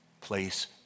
place